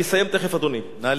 אני אסיים תיכף, אדוני.